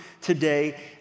today